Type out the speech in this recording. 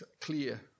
clear